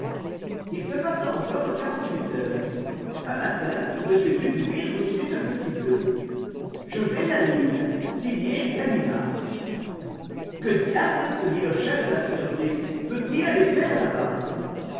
il se passa encore quarante-huit heures un matin m dudouis reçut un petit bleu je vais à lille signé ganimard que diable se dit le chef de la sûreté peut-il aller faire là-bas